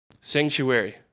Sanctuary